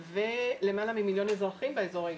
ולמעלה ממיליון אזרחים באזור האישי.